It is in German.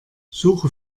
suche